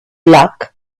luck